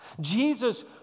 Jesus